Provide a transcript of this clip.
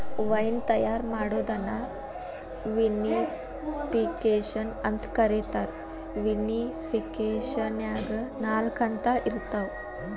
wine ತಯಾರ್ ಮಾಡೋದನ್ನ vinification ಅಂತ ಕರೇತಾರ, ವಿನಿಫಿಕೇಷನ್ನ್ಯಾಗ ನಾಲ್ಕ ಹಂತ ಇರ್ತಾವ